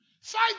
Fight